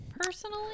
Personally